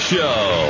Show